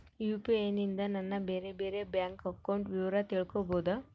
UPI ನಿಂದ ನನ್ನ ಬೇರೆ ಬೇರೆ ಬ್ಯಾಂಕ್ ಅಕೌಂಟ್ ವಿವರ ತಿಳೇಬೋದ?